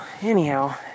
anyhow